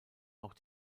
auch